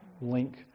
link